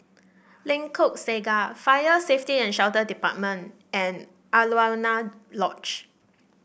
Lengkok Saga Fire Safety and Shelter Department and Alaunia Lodge